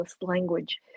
language